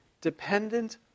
dependent